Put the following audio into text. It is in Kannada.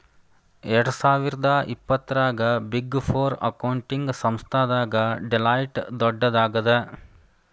ಎರ್ಡ್ಸಾವಿರ್ದಾ ಇಪ್ಪತ್ತರಾಗ ಬಿಗ್ ಫೋರ್ ಅಕೌಂಟಿಂಗ್ ಸಂಸ್ಥಾದಾಗ ಡೆಲಾಯ್ಟ್ ದೊಡ್ಡದಾಗದ